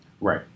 Right